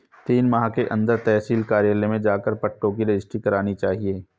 तीन माह के अंदर तहसील कार्यालय में जाकर पट्टों की रजिस्ट्री करानी चाहिए